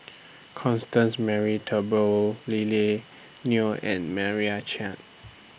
Constance Mary Turnbull Lily Neo and Meira Chand